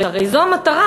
הרי זו המטרה,